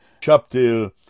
chapter